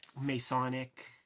masonic